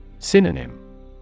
Synonym